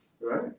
Right